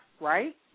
right